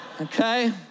Okay